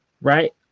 right